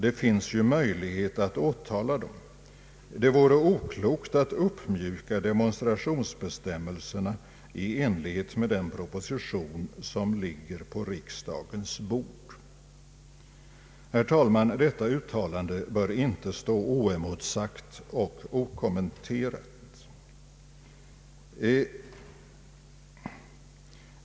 Det finns ju möjlighet att åtala dem. Det vore oklokt att uppmjuka demonstrationsbestämmelserna i enlighet med den proposition som ligger på riksdagens bord.” Herr talman! Detta uttalande bör inte stå oemotsagt och okommenterat.